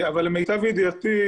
למיטב ידיעתי,